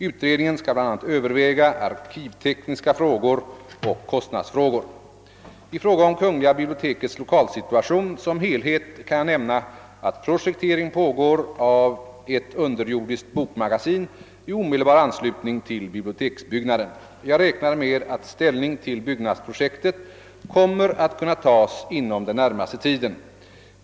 Utredningen skall bl.a. överväga arkivtekniska frågor och kostnadsfrågor. I fråga om kungl. bibliotekets lokalsituation som helhet kan jag nämna att projektering pågår av ett underjordiskt bokmagasin i omedelbar anslutning till biblioteksbyggnaden. Jag räknar med att ställning till byggnadsprojektet kommer att kunna tas inom den närmaste tiden.